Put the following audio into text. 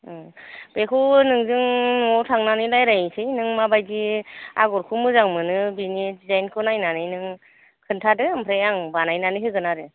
बेखौ नोंजों न'याव थांनानै रायलायहैसै नों माबायदि आगरखौ मोजां मोनो बेनि दिजाइनखौ नायनानै नों खोनथादो ओमफ्राय आं बानायनानै होगोन आरो